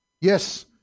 Yes